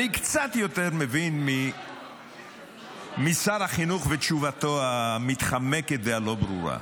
אני קצת יותר מבין משר החינוך ותשובתו המתחמקת והלא-ברורה.